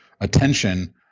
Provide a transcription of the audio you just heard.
attention